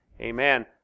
Amen